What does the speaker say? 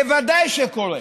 בוודאי שקורה.